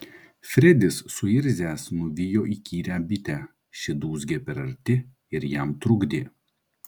fredis suirzęs nuvijo įkyrią bitę ši dūzgė per arti ir jam trukdė